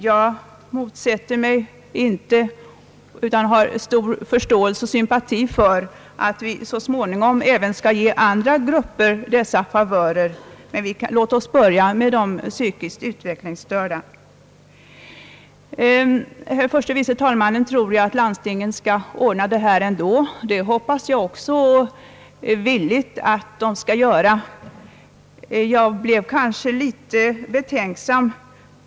Jag motsätter mig inte det utan har stor förståelse för att vi så småningom skall ge även andra grupper denna favör. Men låt oss börja med de psykiskt utvecklingsstörda. Herr förste vice talmannen tror ju att landstingen skall ordna detta ändå. Det hoppas jag också att de skall göra. Jag blev litet betänksam.